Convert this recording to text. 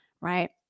Right